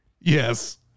Yes